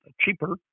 cheaper